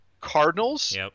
Cardinals